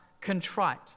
contrite